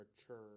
mature